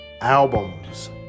Albums